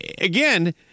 Again